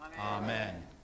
Amen